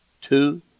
Two